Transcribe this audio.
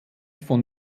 von